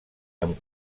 amb